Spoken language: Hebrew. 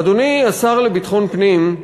אדוני, השר לביטחון הפנים,